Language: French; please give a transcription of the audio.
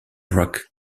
rock